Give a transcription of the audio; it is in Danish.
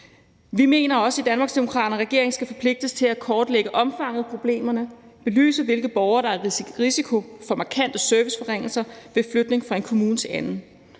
Vi mener også i Danmarksdemokraterne, at regeringen skal forpligtes til at kortlægge omfanget af problemerne og belyse, hvilke borgere der er i risiko for markante serviceforringelser ved flytning fra én kommune til en anden.